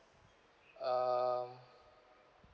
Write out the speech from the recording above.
uh